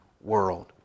world